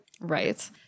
Right